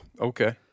Okay